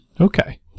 Okay